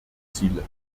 ziele